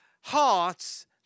hearts